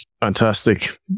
Fantastic